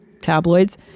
tabloids